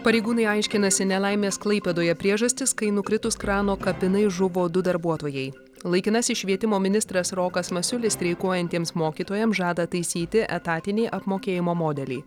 pareigūnai aiškinasi nelaimės klaipėdoje priežastis kai nukritus krano kapinai žuvo du darbuotojai laikinasis švietimo ministras rokas masiulis streikuojantiems mokytojam žada taisyti etatinį apmokėjimo modelį